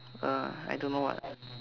err I don't know what